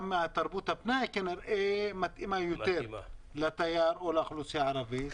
גם תרבות הפנאי כנראה מתאימה יותר לאוכלוסייה הערבית.